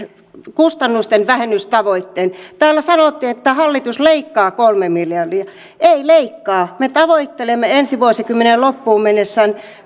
kustannusten vähennystavoitteen täällä sanottiin että hallitus leikkaa kolme miljardia ei leikkaa me tavoittelemme ensi vuosikymmenen loppuun mennessä